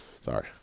Sorry